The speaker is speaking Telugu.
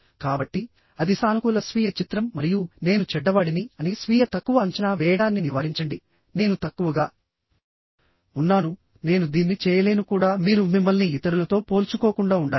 కాబట్టి అది సానుకూల స్వీయ చిత్రం మరియు నేను చెడ్డవాడిని అని స్వీయ తక్కువ అంచనా వేయడాన్ని నివారించండి నేను తక్కువగా ఉన్నాను నేను దీన్ని చేయలేను కూడా మీరు మిమ్మల్ని ఇతరులతో పోల్చుకోకుండా ఉండాలి